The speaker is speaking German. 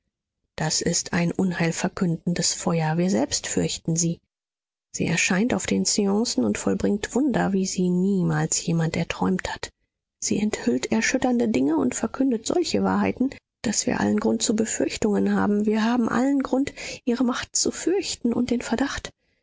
das ist ein unheilverkündendes feuer wir selbst fürchten sie sie erscheint auf den seancen und vollbringt wunder wie sie niemals jemand erträumt hat sie enthüllt erschütternde dinge und verkündet solche wahrheiten daß daß wir allen grund zu befürchtungen haben wir haben allen grund ihre macht zu fürchten und den verdacht